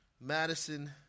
Madison